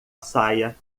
saia